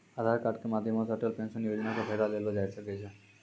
आधार कार्ड के माध्यमो से अटल पेंशन योजना के फायदा लेलो जाय सकै छै